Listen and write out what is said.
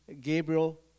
Gabriel